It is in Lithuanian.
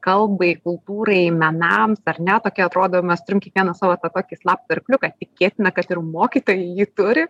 kalbai kultūrai menams ar ne tokia atrodo mes turim kiekvienas savo tą tokį slaptą arkliuką tikėtina kad ir mokytojai jį turi